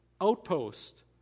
outpost